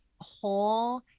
whole